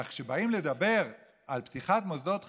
כך, כשבאים לדבר על פתיחת מוסדות חינוך,